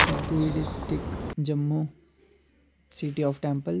दुई district Jammu city of temples